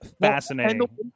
fascinating